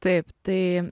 taip tai